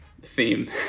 theme